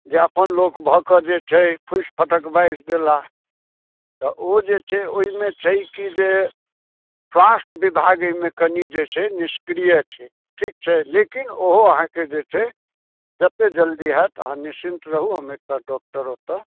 जे अपन लोक भऽ के जे छै फुसि फटक बाजि देलाह तऽ ओ जे छै ओहिमे छै कि जे स्वास्थ्य विभाग एहिमे कनि जे छै निष्क्रिय छै ठीक छै लेकिन ओहो अहाँके जे छै जतेक जल्दी हैत अहाँ निश्चिंत रहू हम एकटा डॉक्टर ओतय